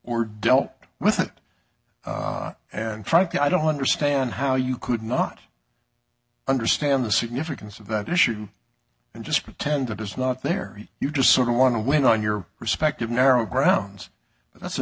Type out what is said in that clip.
or dealt with it and frankly i don't understand how you could not understand the significance of that issue and just pretend that it's not there you just sort of want to weigh in on your respective narrow grounds that's a